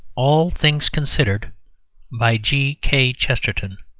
all things considered by g. k. chesterton